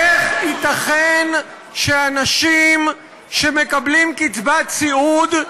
איך ייתכן שאנשים שמקבלים קצבת סיעוד,